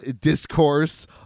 discourse